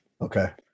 Okay